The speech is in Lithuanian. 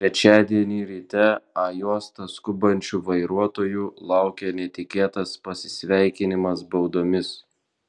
trečiadienį ryte a juosta skubančių vairuotojų laukė netikėtas pasisveikinimas baudomis